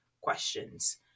questions